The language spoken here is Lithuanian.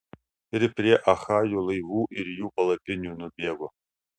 ir prie achajų laivų ir jų palapinių nubėgo